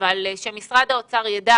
אבל שמשרד האוצר ידע